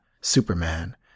Superman